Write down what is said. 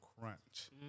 crunch